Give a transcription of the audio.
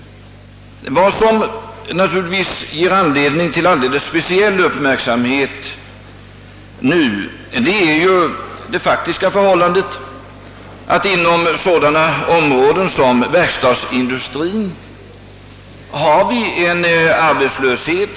Vad som naturligtvis ger anledning till alldeles speciell uppmärksamhet är det faktiska förhållandet att vi t.ex. inom verkstadsindustrin har en relativt hög arbetslöshet.